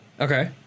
Okay